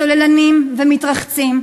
צוללנים ומתרחצים,